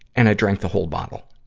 and i drank the whole bottle.